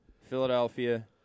Philadelphia